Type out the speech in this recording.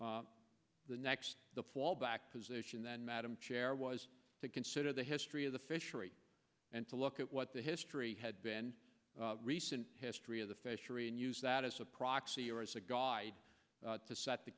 be the next fallback position then madam chair was to consider the history of the fishery and to look at what the history had been recent history of the fishery and use that as a proxy or as a guide to set the